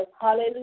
Hallelujah